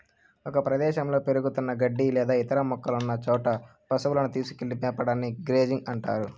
ఒక ప్రదేశంలో పెరుగుతున్న గడ్డి లేదా ఇతర మొక్కలున్న చోట పసువులను తీసుకెళ్ళి మేపడాన్ని గ్రేజింగ్ అంటారు